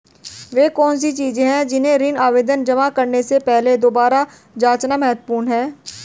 वे कौन सी चीजें हैं जिन्हें ऋण आवेदन जमा करने से पहले दोबारा जांचना महत्वपूर्ण है?